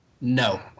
No